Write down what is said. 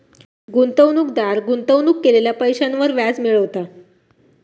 गुंतवणूकदार गुंतवणूक केलेल्या पैशांवर व्याज मिळवता